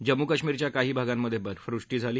जम्मू कश्मीरच्या काही भागांमध्ये बर्फवृष्टी झाली